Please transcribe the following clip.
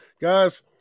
guys